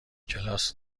کلاس